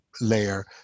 layer